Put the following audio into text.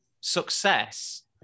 success